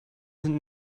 sind